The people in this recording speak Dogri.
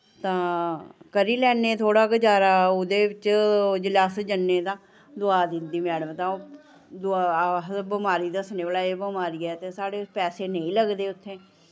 तां करी लैन्ने थोह्ड़ा गुजारा ओह्दे बिच्च जिल्लै अस जन्ने तां दोआ दिंदी मैडम तां दोआ अस बमारी दस्सने भला एह् बमारी ऐ ते साढ़े पैसे नेईं लगदे उत्थै